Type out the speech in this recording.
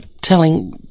telling